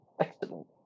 Excellent